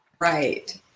right